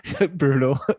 brutal